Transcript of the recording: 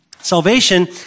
Salvation